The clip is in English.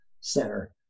center